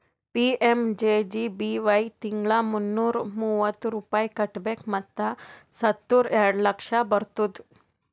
PMJJBY ತಿಂಗಳಾ ಮುನ್ನೂರಾ ಮೂವತ್ತು ರೂಪಾಯಿ ಕಟ್ಬೇಕ್ ಮತ್ ಸತ್ತುರ್ ಎರಡ ಲಕ್ಷ ಬರ್ತುದ್